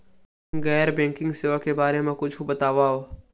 गैर बैंकिंग सेवा के बारे म कुछु बतावव?